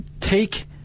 take